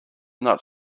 not